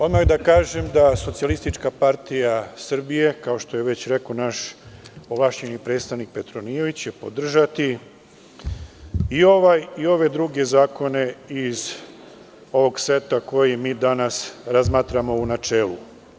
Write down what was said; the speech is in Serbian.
Odmah da kažem da će SPS, kao što je već rekao naš ovlašćeni predstavnik Petronijević, podržati i ovaj i ove druge zakone iz ovog seta koji mi danas razmatramo u načelu.